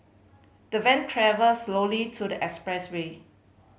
the van travelled slowly to the expressway